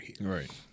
Right